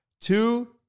Two